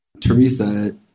Teresa